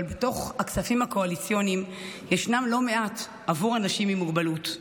אבל בתוך הכספים הקואליציוניים יש לא מעט עבור אנשים עם מוגבלות.